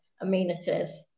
amenities